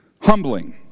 humbling